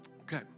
Okay